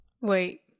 Wait